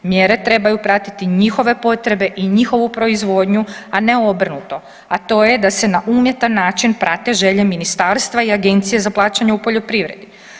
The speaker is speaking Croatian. Mjere trebaju pratiti njihove potrebe i njihovu proizvodnju, a ne obrnuto, a to je da se na umjetan način prate želje ministarstva i Agencije za plaćanje u poljoprivredi.